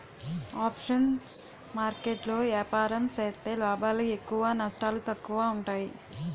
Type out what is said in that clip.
options market లో ఏపారం సేత్తే లాభాలు ఎక్కువ నష్టాలు తక్కువ ఉంటాయి